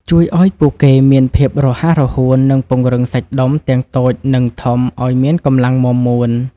ជួយឱ្យពួកគេមានភាពរហ័សរហួន និងពង្រឹងសាច់ដុំទាំងតូចនិងធំឱ្យមានកម្លាំងមាំមួន។